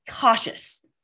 cautious